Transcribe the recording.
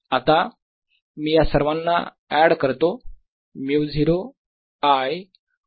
आता मी या सर्वांना एड करतो μ0 I ओवर 4π